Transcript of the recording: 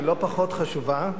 שהיא לא פחות חשובה,